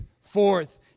forth